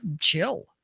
chill